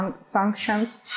sanctions